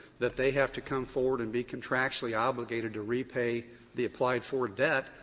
that they have to come forward and be contractually obligated to repay the applied-for debt,